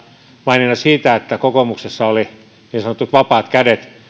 maininnan siitä että kokoomuksessa oli niin sanotut vapaat kädet